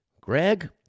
Greg